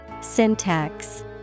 Syntax